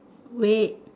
wait